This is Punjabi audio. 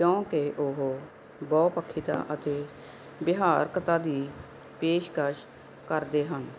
ਕਿਉਂਕਿ ਉਹ ਬਹੁਪੱਖੀਤਾ ਅਤੇ ਵਿਹਾਰਕਤਾ ਦੀ ਪੇਸ਼ਕਸ਼ ਕਰਦੇ ਹਨ